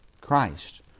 Christ